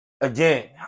Again